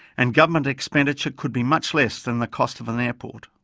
and government expenditure could be much less than the cost of an airport.